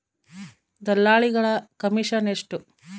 ದಲ್ಲಾಳಿಗಳ ಕಮಿಷನ್ ಎಷ್ಟು?